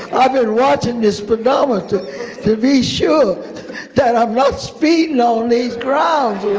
i've been watching the speedometer to be sure that i'm not speeding on these grounds